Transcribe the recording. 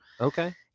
Okay